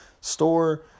store